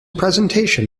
presentation